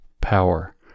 power